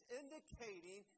indicating